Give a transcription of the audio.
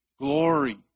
glory